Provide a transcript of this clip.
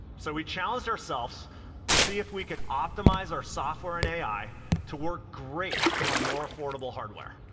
so we challenged ourselves to see if we could optimize our software and ai to work great on more affordable hardware,